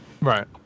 Right